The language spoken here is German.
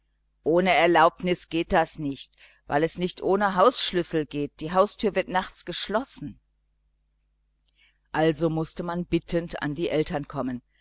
ohne erlaubnis geht das nicht weil es nicht ohne hausschlüssel geht die haustüre wird nachts geschlossen also mußte man bittend an die eltern kommen